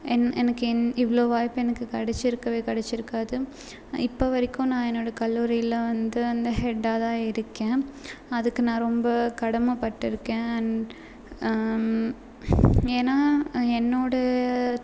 என் எனக்கு இவ்வளோ வாய்ப்பு எனக்கு கிடச்சிருக்கவே கிடச்சிருக்காது இப்போ வரைக்கும் நான் என்னோடய கல்லூரியில் வந்து அந்த ஹெட்டாக தான் இருக்கேன் அதுக்கு நான் ரொம்ப கடைமப்பட்டுருக்கேன் அண்ட் ஏன்னா என்னோடய